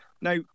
Now